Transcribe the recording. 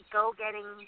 go-getting